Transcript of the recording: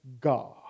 God